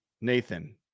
Nathan